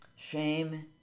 Shame